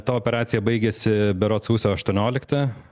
ta operacija baigėsi berods sausio aštuonioliktą